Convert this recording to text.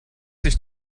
sich